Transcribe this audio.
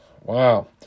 wow